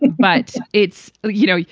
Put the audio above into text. but it's you know,